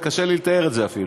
קשה לי לתאר את זה אפילו.